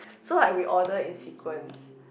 so like we ordered in sequences